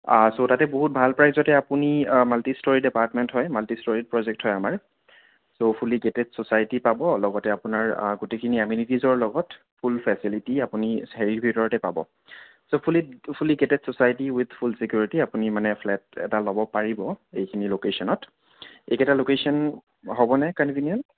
চ' তাতে বহুত ভাল প্ৰাইচতে আপুনি মাল্টি ষ্ট্ৰৰিড এপাৰ্টমেণ্ট হয় মাল্টি ষ্ট্ৰৰিড প্ৰজেক্ট হয় আমাৰ চ' ফুল্লি ষ্টেটেড চচাইটি পাব লগতে আপোনাৰ গোটেইখিনি এমিনিটিজৰ লগত ফুল ফেচেলিটি আপুনি হেৰিৰ ভিতৰতে পাব so fully stated society with full security আপুনি মানে ফ্লেট এটা ল'ব পাৰিব এইখিনি লোকেচনত এইকেইটা লোকেচন হ'ব নে কনভেনিয়েণ্ট